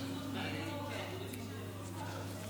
איזו התעלות למי שלומד ולמי שזכה לחיות את החוויה האמונית,